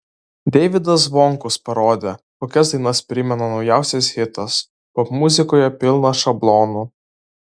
deivydas zvonkus parodė kokias dainas primena naujausias hitas popmuzikoje pilna šablonų